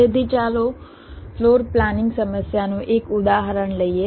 તેથી ચાલો floor planning સમસ્યાનું એક ઉદાહરણ લઈએ